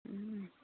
ও